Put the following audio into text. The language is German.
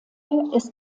ist